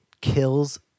kills